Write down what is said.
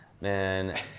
man